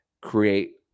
create